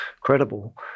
credible